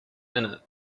innit